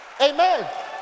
Amen